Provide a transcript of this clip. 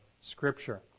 Scripture